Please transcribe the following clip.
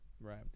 right